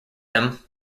him